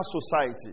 society